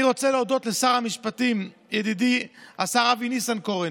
אני רוצה להודות לשר המשפטים ידידי השר אבי ניסנקורן,